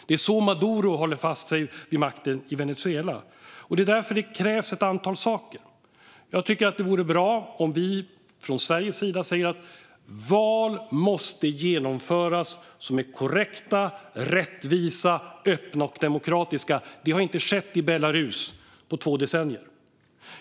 Det är så Maduro håller sig fast vid makten i Venezuela. Därför krävs ett antal saker. Jag tycker att det vore bra om vi från Sveriges sida säger att val måste genomföras som är korrekta, rättvisa, öppna och demokratiska. Det har inte skett i Belarus på två decennier.